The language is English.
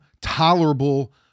tolerable